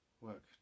work